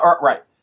Right